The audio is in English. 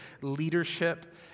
leadership